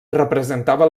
representava